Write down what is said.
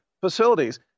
facilities